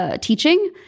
teaching –